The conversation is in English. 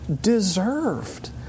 deserved